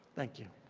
thank you.